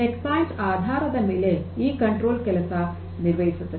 set points ಆಧಾರದ ಮೇಲೆ ಈ ನಿಯಂತ್ರಕ ಕೆಲಸ ನಿರ್ವಹಿಸುತ್ತದೆ